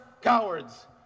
cowards